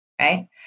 right